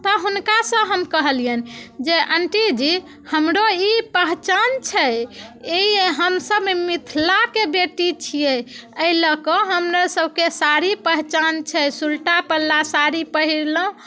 तऽ हुनकासँ हम कहलिअनि जे अंटी जी हमरो ई पहचान छै ई हमसब मिथिलाके बेटी छियै एहि लऽ कऽ हमरा सबके साड़ी पहचान छै सुल्टा पल्ला साड़ी पहिरलहुँ